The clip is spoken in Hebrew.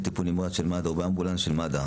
טיפול נמרץ של מד"א או באמבולנס של מד"א,